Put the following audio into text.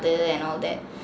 and all that